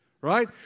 right